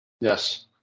Yes